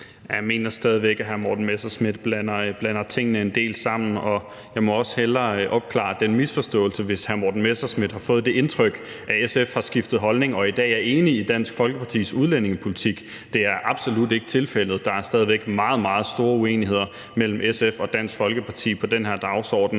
Jeg mener stadig væk, at hr. Morten Messerschmidt blander tingene en del sammen. Jeg må også hellere opklare den misforståelse, hvis hr. Morten Messerschmidt har fået det indtryk, at SF har skiftet holdning og i dag er enige i Dansk Folkepartis udlændingepolitik, at det absolut ikke er tilfældet. Der er stadig væk meget, meget store uenigheder mellem SF og Dansk Folkeparti på den her dagsorden,